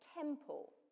temple